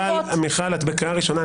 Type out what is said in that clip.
מיכל, את בקריאה ראשונה.